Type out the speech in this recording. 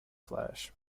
flash